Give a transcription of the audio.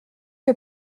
que